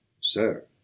Sir